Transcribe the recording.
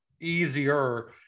easier